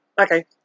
Okay